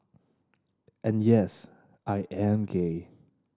and yes I am gay